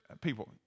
people